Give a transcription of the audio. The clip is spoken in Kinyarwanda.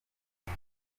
uru